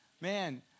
Man